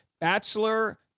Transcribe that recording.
bachelor